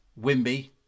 Wimby